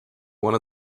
wanna